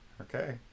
okay